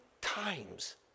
times